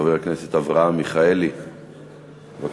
חבר הכנסת אברהם מיכאלי, בבקשה.